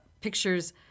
pictures